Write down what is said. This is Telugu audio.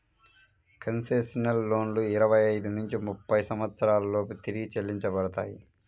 కన్సెషనల్ లోన్లు ఇరవై ఐదు నుంచి ముప్పై సంవత్సరాల లోపు తిరిగి చెల్లించబడతాయి